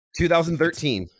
2013